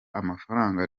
amafaranga